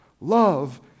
love